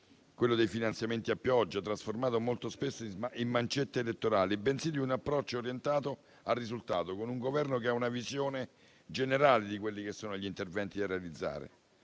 quello dei finanziamenti a pioggia, trasformato molto spesso in mancette elettorali, bensì è un approccio orientato al risultato, con un Governo che ha una visione generale degli interventi da realizzare: